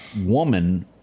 woman